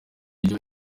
buryo